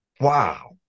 wow